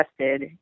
tested